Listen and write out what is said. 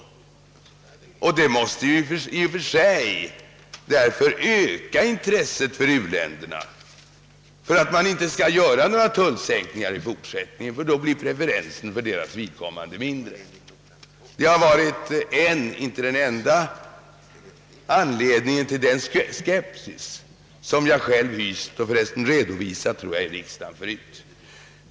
Detta måste i och för sig därför öka intresset hos u-länderna för att man inte skall göra några tullsänkningar i fortsättningen, ty då blir preferensen för deras vidkommande mindre. Detta har varit en — inte den enda — av anledningarna till den skepsis som jag själv hyst och för resten redovisat, tror jag, i riksdagen förut.